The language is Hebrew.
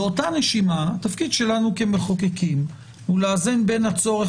באותה נשימה התפקיד שלנו כמחוקקים הוא לאזן בין הצורך